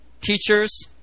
teachers